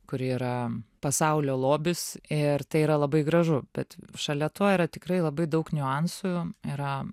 kuri yra pasaulio lobis ir tai yra labai gražu bet šalia to yra tikrai labai daug niuansų yra